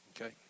Okay